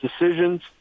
decisions